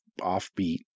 offbeat